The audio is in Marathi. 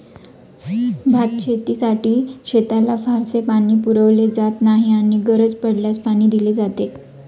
भातशेतीसाठी शेताला फारसे पाणी पुरवले जात नाही आणि गरज पडल्यास पाणी दिले जाते